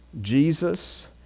Jesus